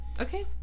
Okay